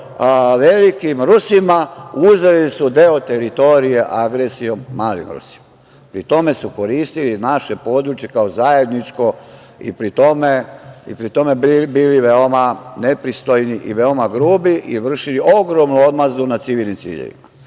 velikim Rusima, uzeli su deo teritorije agresijom malim Rusima. Pri tome su koristili naše područje kao zajedničko i pri tome bili veoma nepristojni i veoma grupi, i vršili ogromnu odmazdu nad civilnim ciljevima.